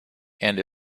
and